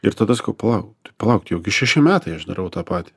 ir tada sakau plauk t plauk tai jau šeši metai aš darau tą patį